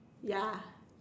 ya